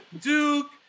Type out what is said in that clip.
Duke